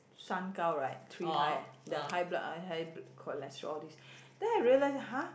三高 right three high the high blood high cholesterol all this then I realised !huh!